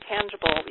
tangible